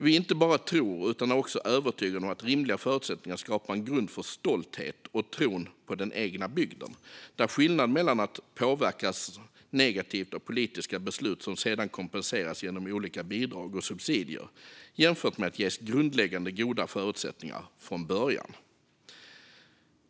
Vi inte bara tror utan är övertygade om att rimliga förutsättningar skapar en grund för stolthet och en tro på den egna bygden. Det är skillnad mellan att å ena sidan påverkas negativt av politiska beslut som sedan kompenseras genom olika bidrag och subsidier och å andra sidan ges grundläggande goda förutsättningar från början.